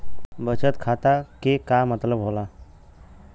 बचत खाता के का मतलब होला?